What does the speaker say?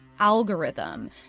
algorithm